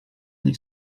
ani